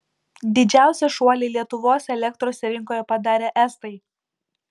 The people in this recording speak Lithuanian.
didžiausią šuolį lietuvos elektros rinkoje padarė estai